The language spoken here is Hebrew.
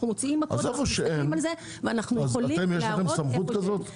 איפה שאין, אתם, יש לכם סמכות כזאת?